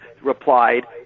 replied